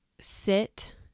sit